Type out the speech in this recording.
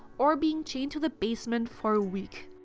or being chained to the basement for a week.